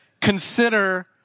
consider